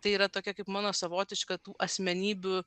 tai yra tokia kaip mano savotiška tų asmenybių